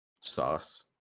sauce